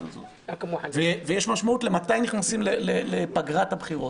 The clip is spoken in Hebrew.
הזאת ויש משמעות מתי נכנסים לפגרת הבחירות,